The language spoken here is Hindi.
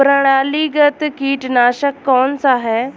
प्रणालीगत कीटनाशक कौन सा है?